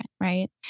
right